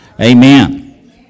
Amen